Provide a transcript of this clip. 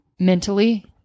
mentally